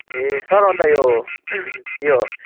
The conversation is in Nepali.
ए सर अन्त यो यो